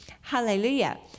hallelujah